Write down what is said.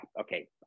okay